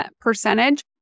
percentage